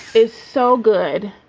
is so good.